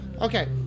Okay